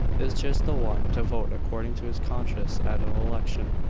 is just the one to vote according to his conscience at an election.